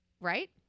right